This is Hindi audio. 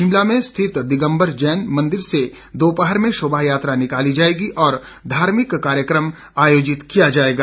शिमला में स्थित दिगम्बर जैन मंदिर से दोपहर में शोभा यात्रा निकाली जाएगी और धार्मिक कार्यक्रम आयोजित किया जाएगा